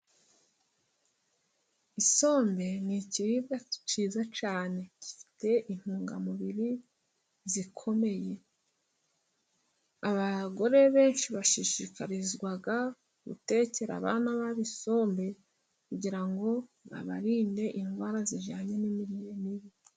Isombe ni ikiribwa kiza cyane，gifite intungamubiri zikomeye. Abagore benshi bashishikarizwa gutekera abana babo isombe，kugira ngo babarinde indwara zijyanye n'imirire mibi.